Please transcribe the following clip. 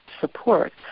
support